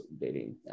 dating